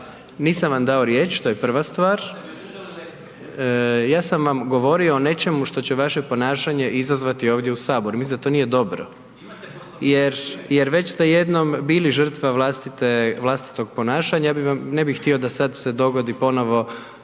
Nisam vam dao riječ, to je prva stvar, ja sam vam govorio o nečemu što će vaše ponašanje izazvati ovdje u Saboru, mislim da to nije dobro jer već ste jednom bili žrtva vlastitog ponašanja, ja ne bih htio da sad se dogodi ponovo